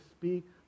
speak